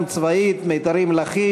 18,